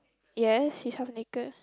yes he's half naked